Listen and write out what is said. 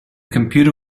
computer